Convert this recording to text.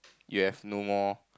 you have no more